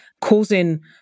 causing